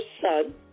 son